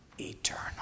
eternal